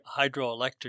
hydroelectric